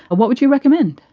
what would you recommend?